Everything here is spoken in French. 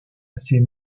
ces